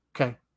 Okay